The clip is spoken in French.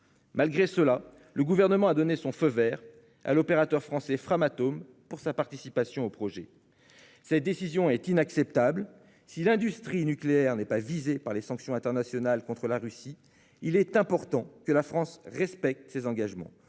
Rosatom, le Gouvernement a donné son feu vert à la participation au projet de l'opérateur français Framatome. Cette décision est inacceptable. Si l'industrie nucléaire n'est pas visée par les sanctions internationales contre la Russie, il est important que la France respecte ses engagements.